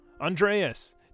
Andreas